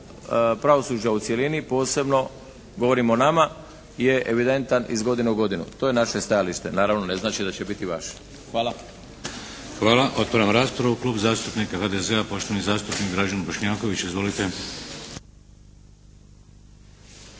pravosuđa u cjelini, posebno govorim o nama, je evidentan iz godine u godinu. To je naše stajalište. Naravno, ne znači da će biti vaše. Hvala. **Šeks, Vladimir (HDZ)** Hvala. Otvaram raspravu. Klub zastupnika HDZ-a poštovani zastupnik Dražen Bošnjaković. Izvolite.